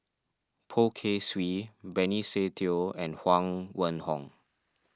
Poh Kay Swee Benny Se Teo and Huang Wenhong